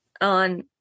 on